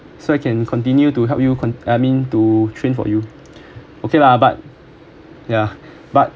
so I can continue to help con~ I mean to train for you okay lah but ya but